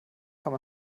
kann